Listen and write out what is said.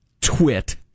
twit